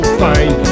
fine